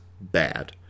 bad